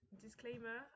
disclaimer